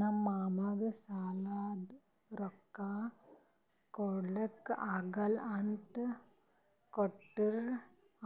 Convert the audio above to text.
ನಮ್ ಮಾಮಾಗ್ ಸಾಲಾದ್ ರೊಕ್ಕಾ ಕೊಡ್ಲಾಕ್ ಆಗಲ್ಲ ಅಂತ ಕೋರ್ಟ್